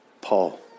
Paul